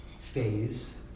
phase